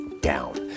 down